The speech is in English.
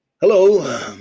Hello